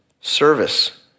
service